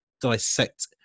dissect